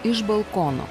iš balkono